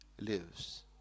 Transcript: lives